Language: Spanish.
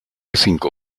cinco